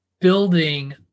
building